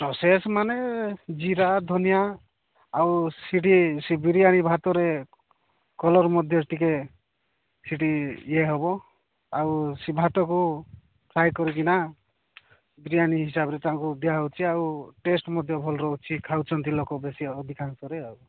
process ମାନେ ଜିରା ଧନିଆ ଆଉ ସିଠି ସେ ବିରିୟାନୀ ଭାତରେ କଲର୍ ମଧ୍ୟ ଟିକେ ସିଠି ଇଏ ହବ ଆଉ ସେ ଭାତକୁ ଫ୍ରାଇ କରିକିନା ବିରିୟାନୀ ହିସାବରେ ତାଙ୍କୁ ଦିଆହଉଚି ଆଉ ଟେଷ୍ଟ ମଧ୍ୟ ଭଲ ରହୁଛି ଖାଉଛନ୍ତି ଲୋକ ବେଶୀ ଅ ଅଧିକାଂଶରେ ଆଉ